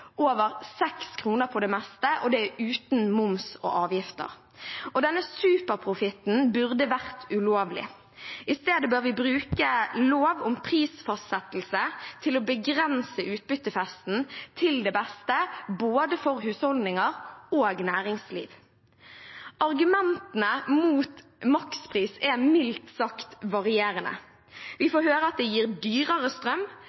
over 6 kr på det meste, og det uten moms og avgifter. Denne superprofitten burde vært ulovlig. I stedet bør vi bruke lov om prisfastsettelse til å begrense utbyttefesten til beste for både husholdninger og næringsliv. Argumentene mot makspris er mildt sagt varierende. Vi får høre at det gir dyrere strøm,